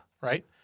Right